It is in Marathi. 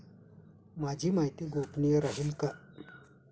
माझी माहिती गोपनीय राहील का?